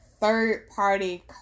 third-party